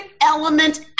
element